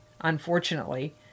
unfortunately